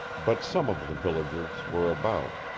but some of the villagers were about.